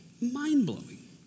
mind-blowing